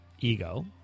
ego